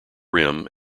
rim